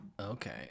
okay